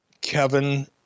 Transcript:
Kevin